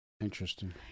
interesting